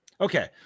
Okay